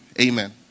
Amen